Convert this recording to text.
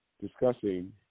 discussing